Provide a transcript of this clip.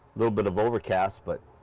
little bit of overcast but,